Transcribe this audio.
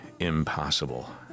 Impossible